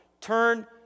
turn